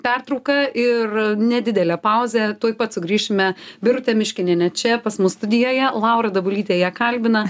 pertrauką ir nedidelė pauzė tuoj pat sugrįšime birutė miškinienė čia pas mus studijoje laura dabulytė ją kalbina